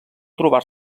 trobar